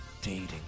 Dating